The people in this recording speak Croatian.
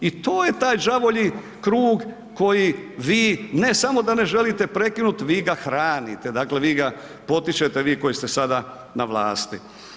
I to je taj đavolji krug koji vi ne samo da ne želite prekinuti, vi ga hranite, dakle vi ga potičete dakle vi koji ste sada na vlasti.